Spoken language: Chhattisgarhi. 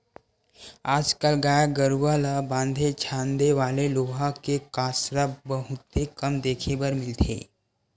आज कल गाय गरूवा ल बांधे छांदे वाले लोहा के कांसरा बहुते कम देखे बर मिलथे